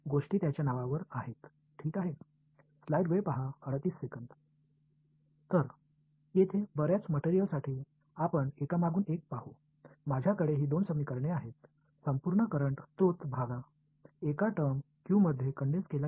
எனவே இங்கே நிறைய பொருள் உள்ளன ஒவ்வொன்றாக செல்லலாம் இந்த இரண்டு சமன்பாடுகளும் என்னிடம் உள்ளன முழு மின்சார மூல பகுதியும் ஒரு வெளிப்பாடாக Q வில் அமுக்கப்பட்டுள்ளது